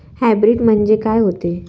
Hybrid म्हनजे का होते?